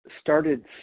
started